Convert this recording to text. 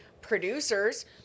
producers